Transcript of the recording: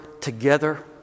together